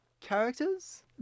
characters